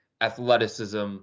athleticism